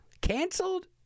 Canceled